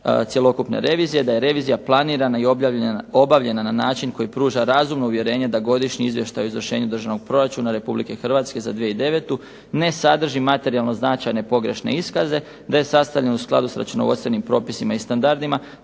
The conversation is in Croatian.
cjelokupna revizija planirana i obavljena na način koji pruža razumno uvjerenje da Godišnji izvještaj o izvršenju državnog proračuna Republike Hrvatske za 2009. ne sadrži materijalno značajno pogrešne iskaze, da je sastavljen u skladu sa računovodstvenim propisima i standardima